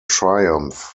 triumph